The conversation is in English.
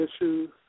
issues